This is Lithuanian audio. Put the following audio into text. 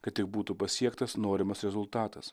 kad tik būtų pasiektas norimas rezultatas